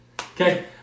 Okay